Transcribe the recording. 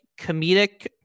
comedic